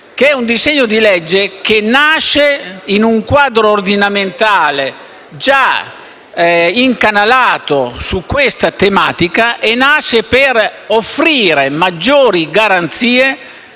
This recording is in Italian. che tale disegno di legge nasce in un quadro ordinamentale già incanalato su questa tematica, per offrire maggiori garanzie